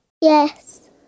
Yes